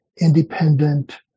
independent